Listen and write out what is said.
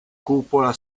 cupola